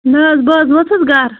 نہَ حظ بہٕ حظ وٲژٕس گرٕ